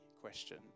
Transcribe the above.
question